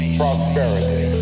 prosperity